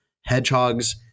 hedgehogs